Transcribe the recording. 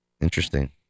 Interesting